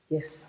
Yes